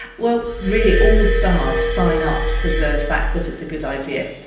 well, really all staff sign up to the fact that it's a good idea.